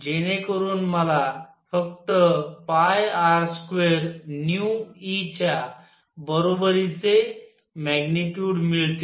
जेणेकरून मला फक्त R2νeच्या बरोबरीचे मॅग्निट्युड मिळते